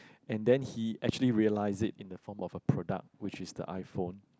and then he actually realise it in the form of a product which is the iPhone